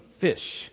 fish